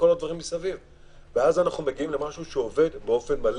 כך אנחנו מגיעים למשהו שעובד באופן מלא.